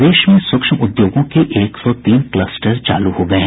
प्रदेश में सूक्ष्म उद्योगों के एक सौ तीन क्लस्टर चालू हो गये हैं